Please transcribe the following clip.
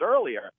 earlier